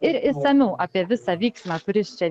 ir išsamiau apie visą vyksmą kuris čia